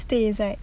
stay inside